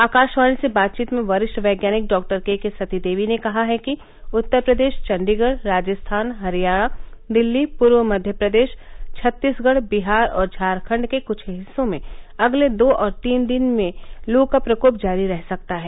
आकाशवाणी से बातचीत में वरिष्ठ वैज्ञानिक डॉ के के सती देवी ने कहा है कि उत्तर प्रदेश चंडीगढ राजस्थान हरियाणा दिल्ली पूर्वी मध्य प्रदेश छत्तीसगढ बिहार और झारखंड के कृछ हिस्सों में अगले दो और तीन दिन में लू का प्रकोप जारी रह सकता है